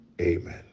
Amen